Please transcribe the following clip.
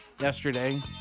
yesterday